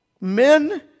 men